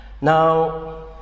Now